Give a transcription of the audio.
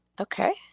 Okay